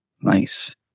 Nice